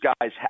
guys